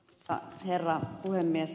arvoisa herra puhemies